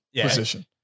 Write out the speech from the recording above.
position